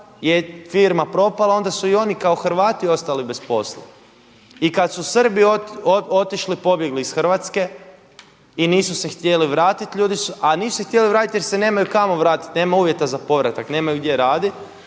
je firma propala, onda su i oni kao Hrvati ostali bez posla. I kad su Srbi otišli, pobjegli iz Hrvatske i nisu se htjeli vratiti ljudi su, a nisu se htjeli vratiti jer se nemaju kamo vratiti, nema uvjeta za povratak, nemaju gdje raditi